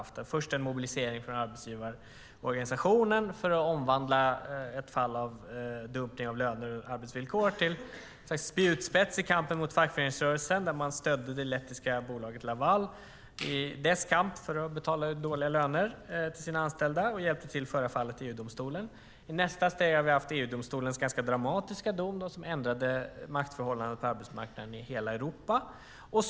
Först var det en mobilisering från arbetsgivarorganisationen för att omvandla ett fall av dumpning av löner och arbetsvillkor till en spjutspets i kampen mot fackföreningsrörelsen, där man stödde det lettiska bolaget Laval i dess kamp för att betala ut dåliga löner till sina anställda och hjälpte till att föra fallet till EU-domstolen. I nästa steg var det EU-domstolens ganska dramatiska dom, som ändrade maktförhållandena på arbetsmarknaden i hela Europa.